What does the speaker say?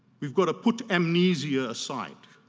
we've got to put amnesia aside,